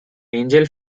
angel